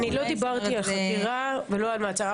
אני לא דיברתי על חקירה ולא על מעצר,